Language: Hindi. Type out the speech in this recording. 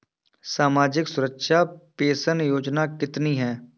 सामाजिक सुरक्षा पेंशन योजना कितनी हैं?